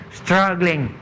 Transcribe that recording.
struggling